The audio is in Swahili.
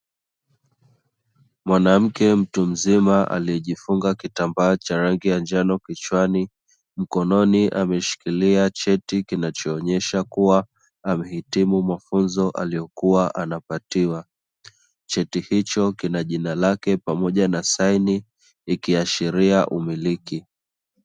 Mwanamke mtu mzima aliyejifunga kitambaa cha rangi ya njano kichwani, mkononi ameshikilia cheti kinachoonyesha kuwa amehitimu mafunzo aliyokuwa anapatiwa. Cheti hicho kina jina lake pamoja na saini ikiashiria umiliki.